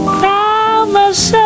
promise